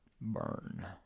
burn